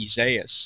Isaiah